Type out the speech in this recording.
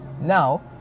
now